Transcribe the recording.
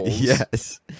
Yes